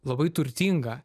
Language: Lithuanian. labai turtinga